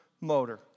motor